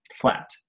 flat